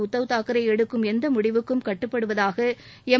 உத்தவ்தாக்கரே எடுக்கும் எந்த முடிவுக்கும் கட்டுப்படுவதாக எம்